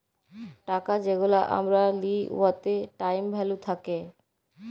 টাকা যেগলা আমরা লিই উয়াতে টাইম ভ্যালু থ্যাকে